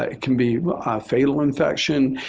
ah it can be fatal infection.